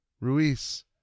Ruiz